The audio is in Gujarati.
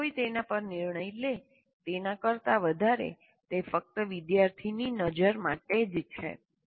બીજા કોઈ તેનાં પર નિર્ણય લે તેના કરતાં વધારે તે ફક્ત વિદ્યાર્થીની નજર માટે જ છે